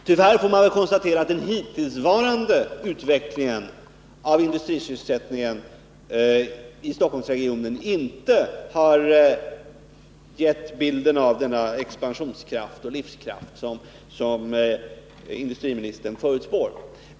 Tyvärr får man konstatera att hittillsvarande utveckling av industrisysselsättningen i Stockholmsregionen inte har gett bilden av denna expansionskraft och livskraft som industriministern förutspår.